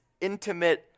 intimate